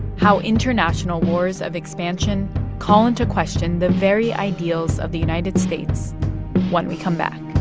how international wars of expansion call into question the very ideals of the united states when we come back